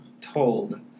told